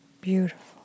Beautiful